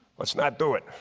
let's not do it.